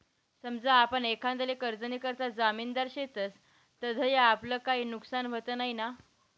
समजा आपण एखांदाले कर्जनीकरता जामिनदार शेतस तधय आपलं काई नुकसान व्हत नैना?